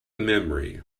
memory